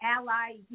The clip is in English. ally